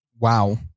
Wow